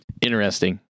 Interesting